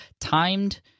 timed